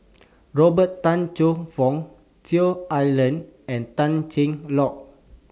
Robert Tan Choe Fook Cheong Alan and Tan Cheng Lock